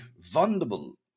vulnerable